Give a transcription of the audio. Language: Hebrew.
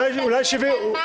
הוועדה יכולה להחליט כך או אחרת.